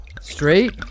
straight